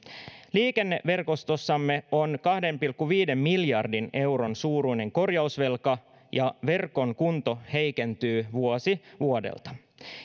liikenneverkostossamme on kahden pilkku viiden miljardin euron suuruinen korjausvelka ja verkon kunto heikentyy vuosi vuodelta